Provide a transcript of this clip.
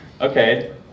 Okay